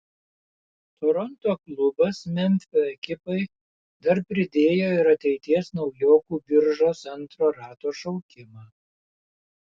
toronto klubas memfio ekipai dar pridėjo ir ateities naujokų biržos antro rato šaukimą